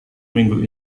minggu